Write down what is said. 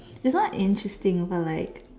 its not interesting but like